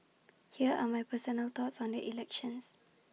here are my personal thoughts on the elections